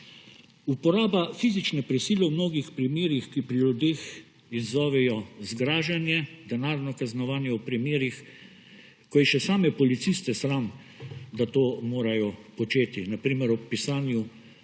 uporaba fizične prisile v mnogih primerih, ki pri ljudeh izzovejo zgražanje, denarno kaznovanje v primerih, ko je še same policiste sram, da to morajo početi, na primer ob pisanju